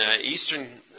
eastern